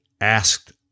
asked